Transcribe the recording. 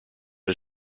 one